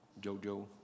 JoJo